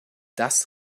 das